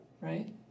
right